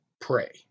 pray